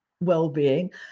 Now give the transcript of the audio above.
well-being